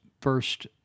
first